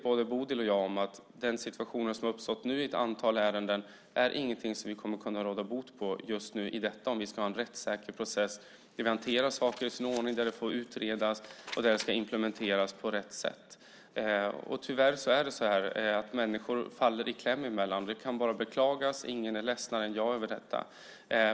Både Bodil och jag vet att den situation som nu har uppstått i ett antal ärenden inte är något som vi kommer att kunna råda bot på i detta nu om vi ska ha en rättssäker process. Saker ska inventeras och utredas i sin ordning och implementeras på rätt sätt. Tyvärr kommer människor i kläm och faller mellan stolar. Det kan bara beklagas. Ingen är ledsnare än jag över detta.